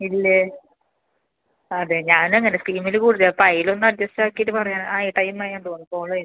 ഇല്ലേ അതെ ഞാൻ അങ്ങനെ സ്കീമിൽ പോലും ഇല്ല അപ്പോൾ അതിലൊന്ന് അഡ്ജസ്റ്റ് ആക്കിയിട്ട് പറയാൻ ആയി ടൈമ്